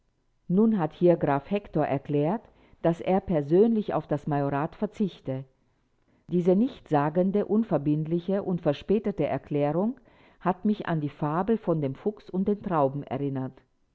nun hat hier graf hektor erklärt daß er persönlich auf das majorat verzichte diese nichtssagende unverbindliche und verspätete erklärung hat mich an die fabel von dem fuchs und den trauben erinnert